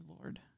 Lord